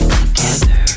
together